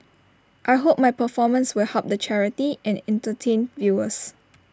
I hope my performance will help the charity and entertain viewers